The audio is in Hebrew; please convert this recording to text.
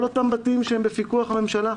כל אותם בתים שהם בפיקוח הממשלה.